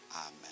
Amen